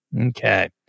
Okay